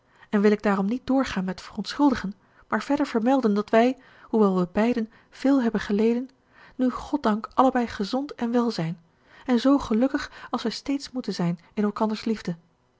en wil ik daarom niet doorgaan met verontschuldigen maar verder vermelden dat wij hoewel we beiden veel hebben geleden nu goddank allebei gezond en wel zijn en zoo gelukkig als wij steeds moeten zijn in elkanders liefde